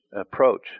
approach